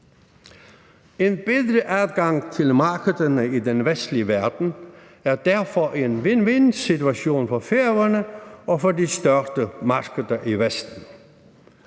En bedre adgang til markederne i den vestlige verden er derfor en win-win-situation for Færøerne og for de største markeder i Vesten.